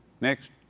Next